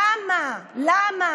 למה, למה?